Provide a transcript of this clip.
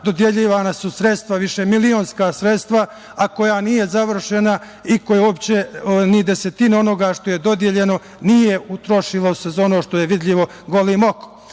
dodeljivana sredstva, višemilionska sredstva, a koja nije završena i u kojoj se ni desetina onoga što joj je dodeljeno nije utrošila za ono što je vidljivo golim